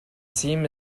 seam